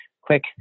quick